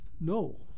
No